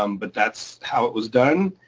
um but that's how it was done.